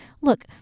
Look